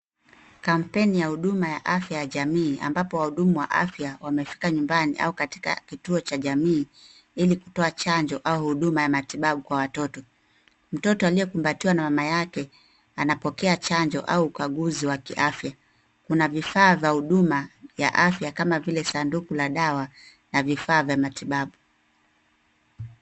Kamapeni ya huduma ya afya ya jamii ambapo wahudumu wa afya wamefika nyumbani aukatika kituo cha jamii ili kutoa chanjo au huduma ya matibabu kwa watoto. Mtoto aliyekumbatiwa na mama yake anapokea chanjo au ukaguzi wa kiafya. Kuna vifaa za huduma ya afya kama vile sanduku la dawa na vifaa vya matibabu.